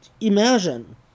imagine